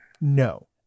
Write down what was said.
No